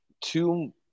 two –